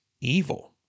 evil